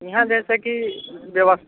यहाँ जइसे कि बेबस्था